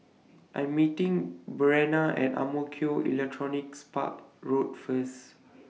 I'm meeting Breanna At Ang Mo Kio Electronics Park Road First